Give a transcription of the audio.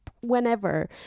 whenever